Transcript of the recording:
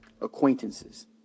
acquaintances